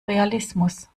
realismus